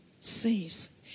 sees